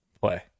play